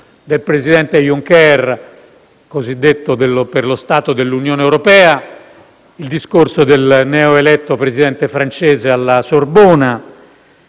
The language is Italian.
del presidente Juncker sullo stato dell'Unione europea e il discorso del neoeletto Presidente francese alla Sorbona,